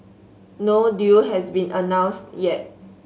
no deal has been announced yet